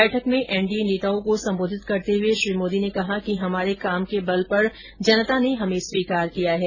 बैठक में एनडीए नेताओं को संबोधित करते हुए श्री मोदी ने कहा कि हमारे काम के बल पर जनता ने हमें स्वीकार किया है